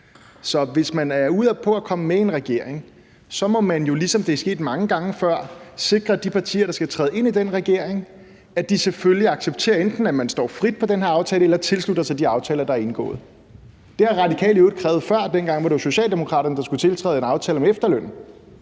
Så hvis man er ude på at komme med i en regering, må man jo, ligesom det er sket mange gange før, sikre, at de partier, der skal træde ind i den regering, selvfølgelig accepterer, at man enten står frit på den her aftale eller tilslutter sig de aftaler, der er indgået. Det har Radikale i øvrigt krævet før, dengang det var Socialdemokraterne, der skulle tiltræde en aftale om efterlønnen.